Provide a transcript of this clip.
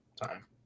time